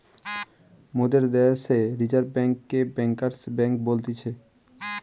মোদের দ্যাশে রিজার্ভ বেঙ্ককে ব্যাঙ্কার্স বেঙ্ক বলতিছে